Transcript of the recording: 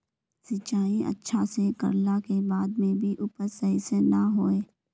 सिंचाई अच्छा से कर ला के बाद में भी उपज सही से ना होय?